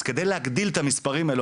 אז כדי להגדיל את המספרים האלה,